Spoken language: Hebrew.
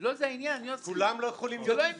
כל מה שאתה אומר זה תנאים